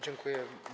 Dziękuję.